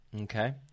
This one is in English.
Okay